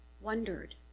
wondered